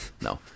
no